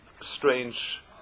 strange